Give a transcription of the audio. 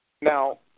Now